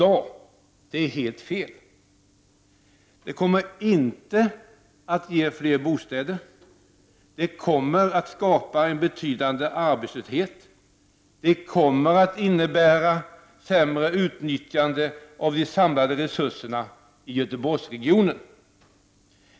Att göra det kommer inte att ge fler bostäder. Det kommer att skapa en betydande arbetslöshet. Det kommer att innebära sämre utnyttjande av de samlade resurserna i Göteborgsregionen.